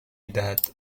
دهد